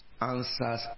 answers